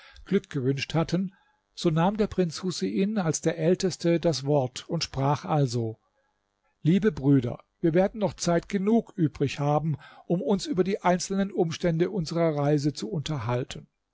glück gewünscht hatten so nahm der prinz husein als der älteste das wort und sprach also liebe brüder wir werden noch zeit genug übrig haben um uns über die einzelnen umstände unserer reise zu unterhalten